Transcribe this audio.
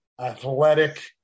athletic